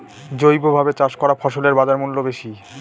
জৈবভাবে চাষ করা ফসলের বাজারমূল্য বেশি